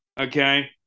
Okay